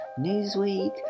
Newsweek